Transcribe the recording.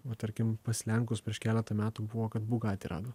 va tarkim pas lenkus prieš keletą metų buvo kad bugatį rado